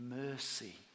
mercy